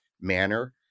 manner